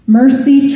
mercy